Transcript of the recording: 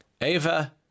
Ava